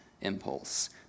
impulse